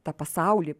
tą pasaulį